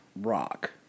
Rock